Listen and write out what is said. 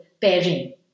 pairing